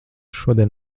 šodien